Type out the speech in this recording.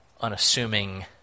unassuming